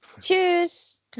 Cheers